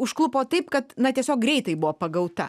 užklupo taip kad na tiesiog greitai buvo pagauta